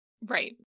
Right